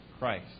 Christ